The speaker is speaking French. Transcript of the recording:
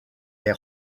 est